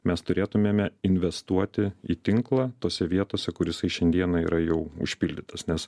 mes turėtumėme investuoti į tinklą tose vietose kur jisai šiandieną yra jau užpildytas nes